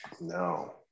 no